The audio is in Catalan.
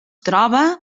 troba